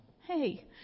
Hey